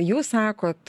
jūs sakot